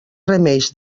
remeis